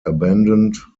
abandoned